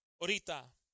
ahorita